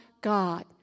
God